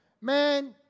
Man